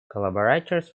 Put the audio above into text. collaborators